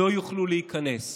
לא יוכלו להיכנס?